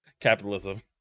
capitalism